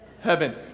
Heaven